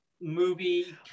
movie